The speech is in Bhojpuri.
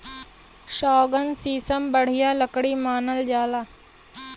सौगन, सीसम बढ़िया लकड़ी मानल जाला